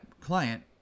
client